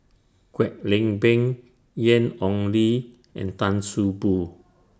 Kwek Leng Beng Ian Ong Li and Tan See Boo